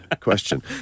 question